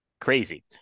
crazy